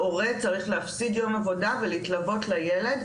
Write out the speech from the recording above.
ההורה צריך להפסיד יום עבודה ולהתלוות לילד,